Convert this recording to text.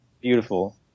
Beautiful